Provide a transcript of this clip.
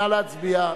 נא להצביע.